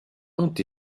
ont